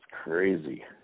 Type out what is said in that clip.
Crazy